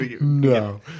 No